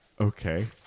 Okay